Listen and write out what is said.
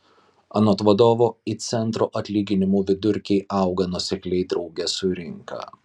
anot vadovo it centro atlyginimų vidurkiai auga nuosekliai drauge su rinka